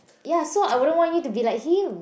ya so I wouldn't want you to be like him